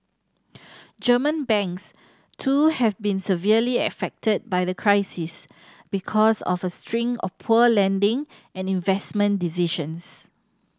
German banks too have been severely affected by the crisis because of a string of poor lending and investment decisions